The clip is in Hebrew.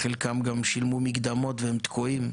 חלקם גם שילמו מקדמות והם תקועים,